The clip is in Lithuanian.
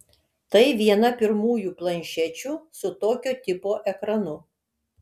tai viena pirmųjų planšečių su tokio tipo ekranu